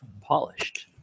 Polished